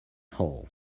hall